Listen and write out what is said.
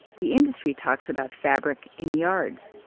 the industry talks about fabric in yards.